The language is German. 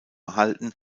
erhalten